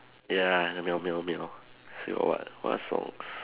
ya the meow meow meow still got what what song